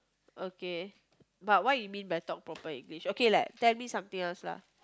okay but what you mean by talk proper English okay like tell me something else lah